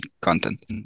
content